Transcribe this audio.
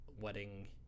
wedding